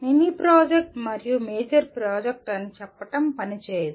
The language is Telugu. మినీ ప్రాజెక్ట్ మరియు మేజర్ ప్రాజెక్ట్ అని చెప్పడం పని చేయదు